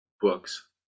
books